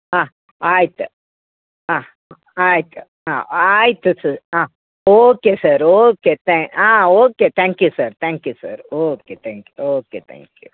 ಹಾಂ ಆಯ್ತು ಹಾಂ ಆಯ್ತು ಹಾಂ ಆಯಿತು ಸರ್ ಹಾಂ ಓಕೆ ಸರ್ ಓಕೆ ತ್ಯಾ ಹಾಂ okay thank you sir thank you sir okay thank you okay thank you